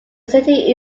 city